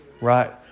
right